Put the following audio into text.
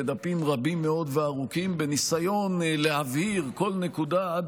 ודפים רבים מאוד וארוכים בניסיון להבהיר כל נקודה עד